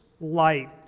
light